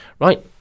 Right